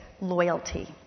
loyalty